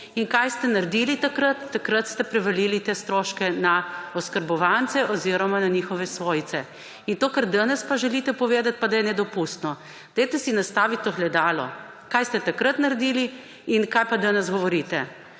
In kaj ste naredili takrat? Takrat ste prevalili te stroške na oskrbovance oziroma na njihove svojce in to, kar danes pa želite povedati, pa da je nedopustno. Nastavite si ogledalo, kaj ste takrat naredili in kaj pa danes govorite.